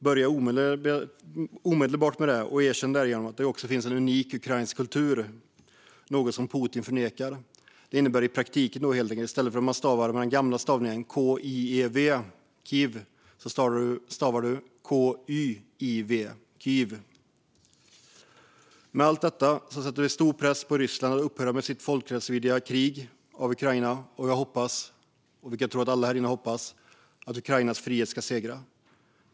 Börja med det omedelbart och erkänn därigenom också att det finns en unik ukrainsk kultur, något som Putin förnekar! Det innebär i praktiken helt enkelt att man i stället för att använda den gamla stavningen Kiev stavar det Kyiv. Med allt detta sätter vi stor press på Ryssland att upphöra med sitt folkrättsvidriga krig mot Ukraina. Jag hoppas, vilket jag tror att alla härinne gör, att Ukrainas frihet ska segra.